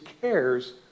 cares